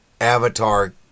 avatar